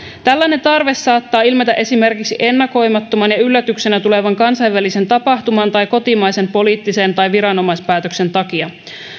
tällainen tarve saattaa ilmetä esimerkiksi ennakoimattoman ja yllätyksenä tulevan kansainvälisen tapahtuman tai kotimaisen poliittisen tai viranomaispäätöksen takia